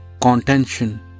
contention